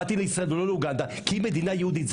באתי לישראל ולא לאוגנדה כי זאת מדינה יהודית.